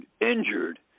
injured